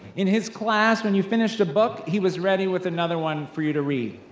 in his class, when you finished a book, he was ready with another one for you to read.